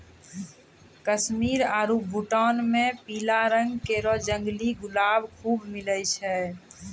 कश्मीर आरु भूटान म पीला रंग केरो जंगली गुलाब खूब मिलै छै